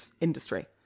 industry